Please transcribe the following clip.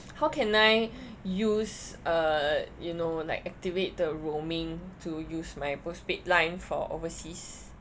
how can I use uh you know like activate the roaming to use my postpaid line for overseas